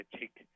take